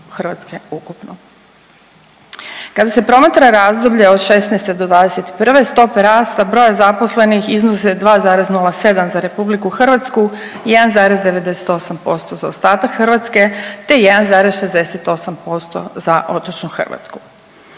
Hrvatske ukupno. Kada se promatra razdoblje od '16.-'21. stope rasta broja zaposlenih iznose 2,07 za RH i 1,98% za ostatak Hrvatske te 1,68% za otočnu Hrvatsku.